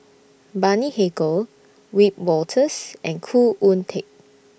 Bani Haykal Wiebe Wolters and Khoo Oon Teik